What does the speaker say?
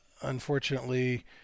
Unfortunately